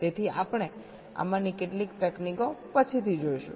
તેથી આપણે આમાંની કેટલીક તકનીકો પછીથી જોઈશું